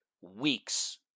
weeks